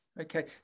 Okay